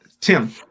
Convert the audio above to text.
Tim